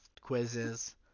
quizzes